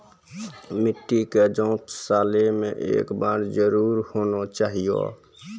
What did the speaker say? मिट्टी के जाँच सालों मे एक बार जरूर होना चाहियो?